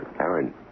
Aaron